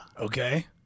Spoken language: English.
Okay